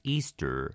Easter